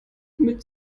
mit